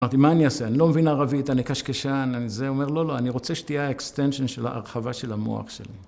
אמרתי, מה אני אעשה? אני לא מבין ערבית, אני קשקשן, אני זה אומר, לא, לא, אני רוצה שתהיה האקסטנצ'ן של ההרחבה של המוח שלי.